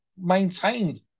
maintained